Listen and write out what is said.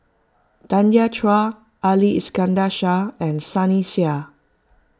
Tanya Chua Ali Iskandar Shah and Sunny Sia